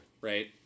right